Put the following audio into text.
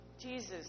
Jesus